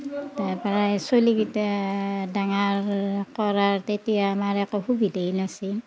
তাৰপৰা চলিকেইটা ডাঙাৰ কৰাৰ তেতিয়া আমাৰ একো সুবিধাই নাছিল